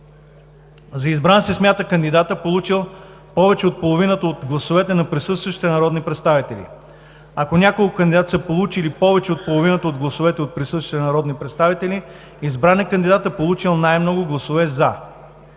За избран се смята кандидатът, получил повече от половината от гласовете на присъстващите народни представители. Ако няколко кандидати са получи повече от половината от гласовете на присъстващите народни представители, избран е кандидатът, получил най-много гласове „за“.